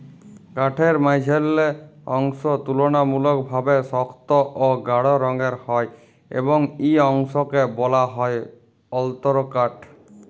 কাঠের মাইঝল্যা অংশ তুললামূলকভাবে সক্ত অ গাঢ় রঙের হ্যয় এবং ই অংশকে ব্যলা হ্যয় অল্তরকাঠ